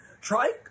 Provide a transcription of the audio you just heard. try